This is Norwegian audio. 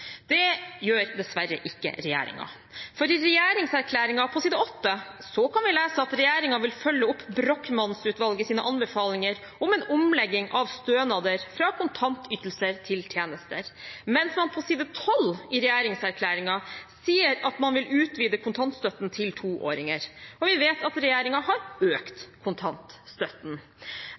Det gjør dessverre ikke regjeringen. I regjeringserklæringen, på side 8, kan vi lese at regjeringen vil følge opp «Brochmann-utvalgets anbefalinger om en omlegging av stønader fra kontantytelser til tjenester», mens man på side 12 i regjeringserklæringen sier at man vil utvide kontantstøtten «til å inkludere toåringer», og vi vet at regjeringen har